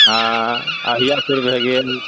अहियापुर भए गेल